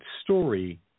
story